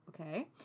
Okay